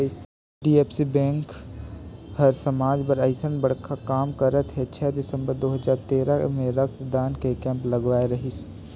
HDFC bank हर समाज बर अइसन बड़खा काम करत हे छै दिसंबर दू हजार तेरा मे रक्तदान के केम्प लगवाए रहीस